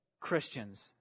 Christians